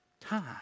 time